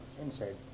inside